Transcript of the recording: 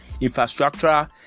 Infrastructure